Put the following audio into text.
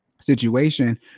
Situation